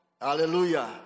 Hallelujah